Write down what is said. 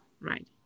Right